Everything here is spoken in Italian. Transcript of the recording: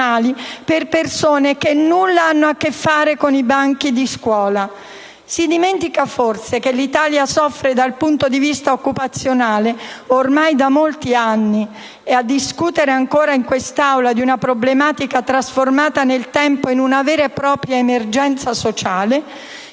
per persone che nulla hanno a che fare con i banchi di scuola. Si dimentica forse che l'Italia soffre dal punto di vista occupazionale ormai da molti anni e discutere ancora in quest'Aula di una problematica, trasformata nel tempo in una vera e propria emergenza sociale,